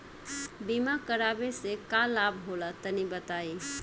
बीमा करावे से का लाभ होला तनि बताई?